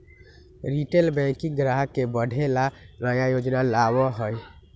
retail banking ग्राहक के बढ़े ला नया योजना लावा हई